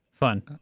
fun